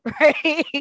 right